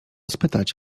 spytać